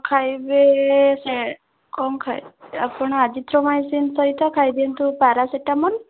ଖାଇବେ ସେ କ'ଣ ଖାଇବେ ଆପଣ ଆଜିଥ୍ରୋମାଇସିନ୍ ସହିତ ଖାଇଦିଅନ୍ତୁ ପାରାସିଟାମଲ୍